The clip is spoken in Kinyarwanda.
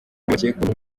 bakekwaho